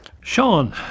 Sean